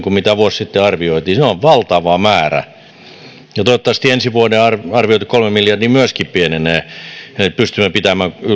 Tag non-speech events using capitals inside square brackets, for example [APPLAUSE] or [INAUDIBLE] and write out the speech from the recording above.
[UNINTELLIGIBLE] kuin mitä vuosi sitten arvioitiin se on valtava määrä toivottavasti ensi vuoden arvioitu kolme miljardia myöskin pienenee että pystymme pitämään